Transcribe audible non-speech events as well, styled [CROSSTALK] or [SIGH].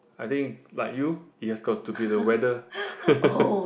I think like you it has got to be the weather [LAUGHS]